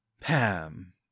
Pam